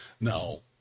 No